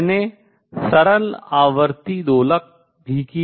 मैंने सरल आवर्ती दोलक भी किया